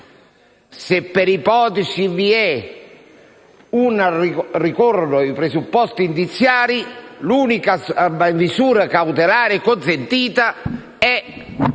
Se per ipotesi ricorrono i presupposti indiziari, l'unica misura cautelare consentita è